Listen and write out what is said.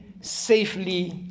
safely